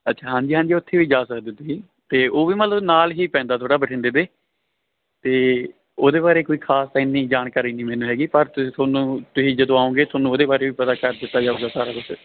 ਅੱਛਾ ਹਾਂਜੀ ਹਾਂਜੀ ਉੱਥੇ ਵੀ ਜਾ ਸਕਦੇ ਤੁਸੀਂ ਅਤੇ ਉਹ ਵੀ ਮਤਲਬ ਨਾਲ ਹੀ ਪੈਂਦਾ ਥੋੜ੍ਹਾ ਬਠਿੰਡੇ ਦੇ ਅਤੇ ਉਹਦੇ ਬਾਰੇ ਕੋਈ ਖ਼ਾਸ ਇੰਨੀ ਜਾਣਕਾਰੀ ਨਹੀਂ ਮੈਨੂੰ ਹੈਗੀ ਪਰ ਤੁਸੀਂ ਤੁਹਾਨੂੰ ਤੁਸੀਂ ਜਦੋਂ ਆਓਗੇ ਤੁਹਾਨੂੰ ਉਹਦੇ ਬਾਰੇ ਵੀ ਪਤਾ ਕਰ ਦਿੱਤਾ ਜਾਊਗਾ ਸਾਰਾ ਕੁਛ